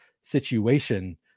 situation